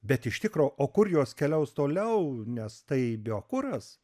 bet iš tikro o kur jos keliaus toliau nes tai biokuras